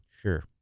Sure